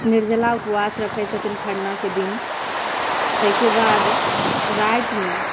निर्जला उपवास रखैत छथिन खरनाके दिन तेहिके बाद रातिमे